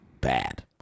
bad